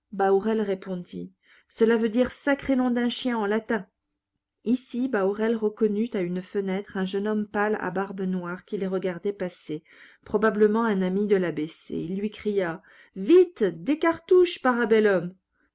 répondit cela veut dire sacré nom d'un chien en latin ici bahorel reconnut à une fenêtre un jeune homme pâle à barbe noire qui les regardait passer probablement un ami de l'a b c il lui cria vite des cartouches para bellum